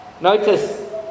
Notice